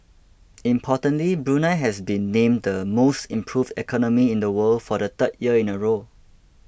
importantly Brunei has been named the most improved economy in the world for the third year in a row